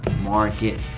market